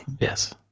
Yes